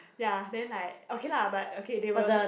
ya then like okay lah but okay they were